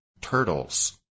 Turtles